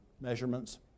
Measurements